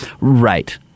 right